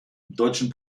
deutschen